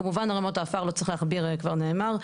כמובן ערמות העפר, לא צריך להכביר, כבר נאמר.